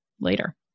later